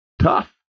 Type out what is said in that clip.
tough